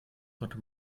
konnte